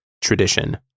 tradition